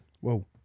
Whoa